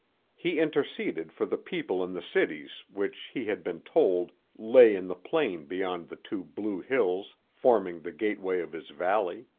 he interceded for the people in the cities which he had been told lay in the plain beyond the two blue hills forming the gateway of his valley.